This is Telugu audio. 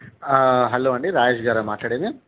హలో అండి రాజేష్ గారా మాట్లాడేది